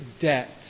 debt